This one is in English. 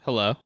Hello